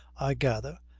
i gather,